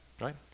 Right